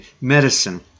medicine